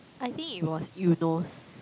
I think it was Eunos